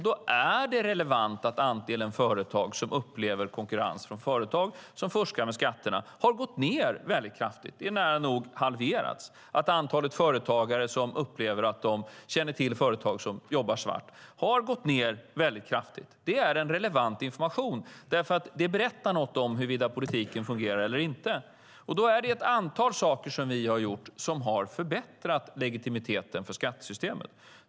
Då är det relevant att andelen företag som upplever konkurrens från företag som fuskar med skatterna har minskat mycket kraftigt och nära nog halverats och att antalet företagare som upplever att de känner till företag som jobbar svart har minskat mycket kraftigt. Det är en relevant information. Det berättar nämligen någonting om huruvida politiken fungerar eller inte. Då är det ett antal saker som vi har gjort som har förbättrat legitimiteten för skattesystemet.